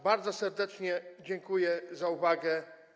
Bardzo serdecznie dziękuję za uwagę.